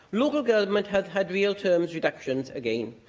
local government has had real-terms reductions again.